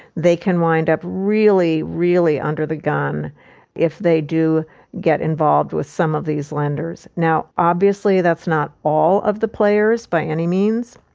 they can wind up really, really under the gun if they do get involved with some of these lenders. now, obviously that's not all of the players by any means.